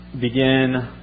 begin